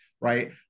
right